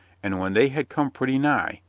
and when they had come pretty nigh,